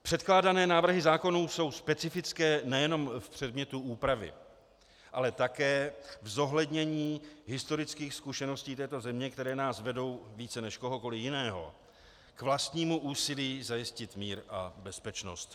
Předkládané návrhy zákonů jsou specifické nejenom v předmětu úpravy, ale také v zohlednění historických zkušeností této země, které nás vedou více než kohokoliv jiného k vlastnímu úsilí zajistit mír a bezpečnost.